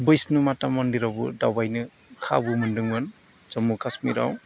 बैस्न' माटा मन्दिरावबो दावबायनो खाबु मोनदोंमोन जम्मु काश्मिराव